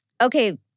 Okay